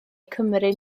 cymru